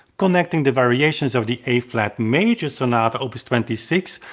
connecting the variations of the a flat major sonata opus twenty six,